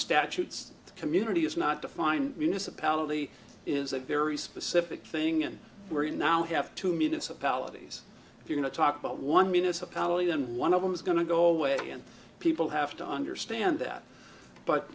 statutes community is not defined municipality is a very specific thing and we're in now have two municipalities if you're going to talk about one municipality then one of them is going to go away and people have to understand that but